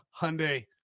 Hyundai